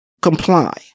Comply